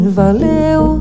valeu